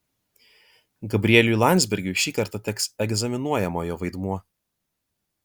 gabrieliui landsbergiui šį kartą teks egzaminuojamojo vaidmuo